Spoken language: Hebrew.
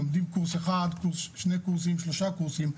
לומדים קורס אחד, שני קורסים, שלושה קורסים.